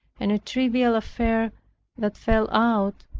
and a trivial affair that fell out,